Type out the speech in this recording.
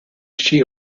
she